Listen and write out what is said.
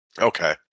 Okay